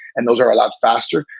and those are a lot faster.